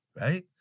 right